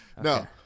No